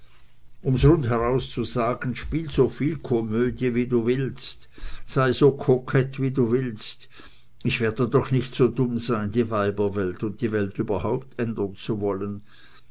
um's rundheraus zu sagen spiele soviel komödie wie du willst sei so kokett wie du willst ich werde doch nicht so dumm sein die weiberwelt und die welt überhaupt ändern zu wollen